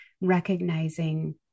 recognizing